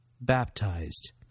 baptized